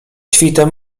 świtem